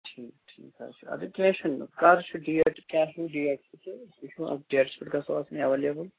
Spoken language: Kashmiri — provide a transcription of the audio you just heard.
ٹھیٖک ٹھیٖک حظ چھُ اَدٕ کیٚنٛہہ چھُنہٕ کَر چھُ ڈیٹ کیٛاہ چھُو ڈیٹ چھُ تہٕ أسۍ وُچھو اَتھ ڈیٹَس پٮ۪ٹھ گژھو آسٕنۍ ایٚویلیبُل